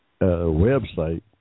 website